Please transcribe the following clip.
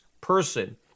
person